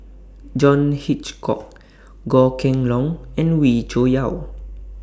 John Hitchcock Goh Kheng Long and Wee Cho Yaw